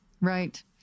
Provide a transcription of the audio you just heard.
Right